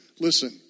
Listen